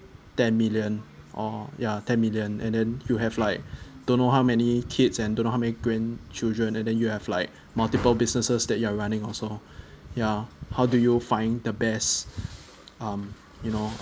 ten million or ya ten million and then you have like don't know how many kids and don't know how many grandchildren and then you have like multiple businesses that you are running also ya how do you find the best um you know